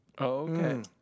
Okay